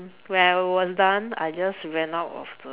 when I was done I just went out of the